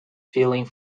feeling